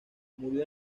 murió